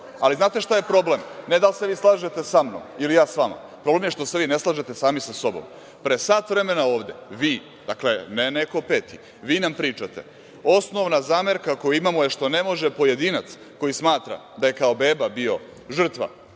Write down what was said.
tim. Znate šta je problem? Ne da li se vi slažete sa mnom ili ja sa vama, problem je što se vi ne slažete sami sa sobom. Pre sat vremena ovde, vi, dakle, ne neko peti, nam pričate – osnovna zamerka koju imamo je što ne može pojedinac koji smatra da je, kao beba, bio žrtva